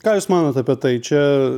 ką jūs manot apie tai čia